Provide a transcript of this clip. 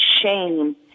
shame